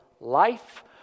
life